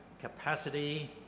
capacity